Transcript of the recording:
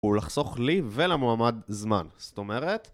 ולחסוך לי ולמועמד זמן, זאת אומרת...